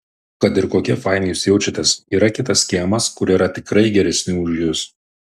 kad ir kokie faini jūs jaučiatės yra kitas kiemas kur yra tikrai geresnių už jus